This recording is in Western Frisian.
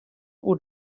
oer